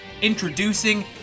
Introducing